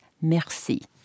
Merci